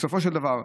בסופו של דבר,